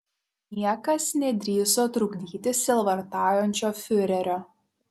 niekas nedrįso trukdyti sielvartaujančio fiurerio